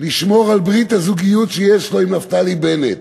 לשמור על ברית הזוגיות שיש לו עם נפתלי בנט,